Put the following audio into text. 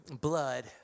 blood